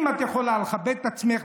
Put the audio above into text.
אם את יכולה לכבד את עצמך,